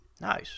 Nice